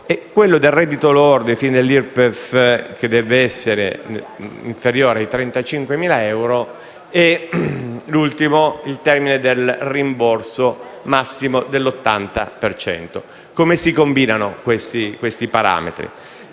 euro, il reddito lordo ai fini dell'IRPEF (che deve essere inferiore ai 35.000 euro) e l'ultimo, il termine del rimborso massimo dell'80 per cento. Come si combinano questi parametri?